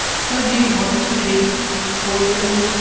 so do you want to keep sports betting?